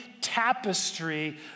tapestry